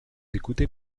écoutez